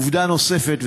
עובדה נוספת,